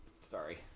Sorry